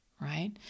right